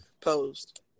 posed